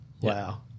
Wow